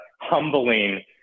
humbling